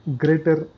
greater